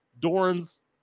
Doran's